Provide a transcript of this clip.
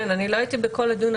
לא הייתי בכל הדיון,